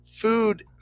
Food